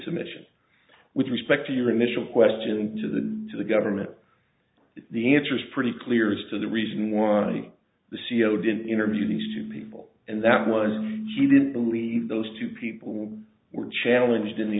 submission with respect to your initial question to the to the government the answer is pretty clear as to the reason why the c e o didn't interview these two people and that was he didn't believe those two people who were challenged in the